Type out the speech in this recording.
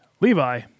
Levi